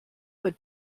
would